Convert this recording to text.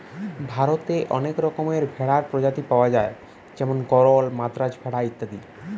ভারতে অনেক রকমের ভেড়ার প্রজাতি পায়া যায় যেমন গরল, মাদ্রাজ ভেড়া ইত্যাদি